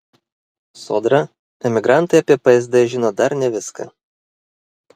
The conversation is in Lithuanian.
sodra emigrantai apie psd žino dar ne viską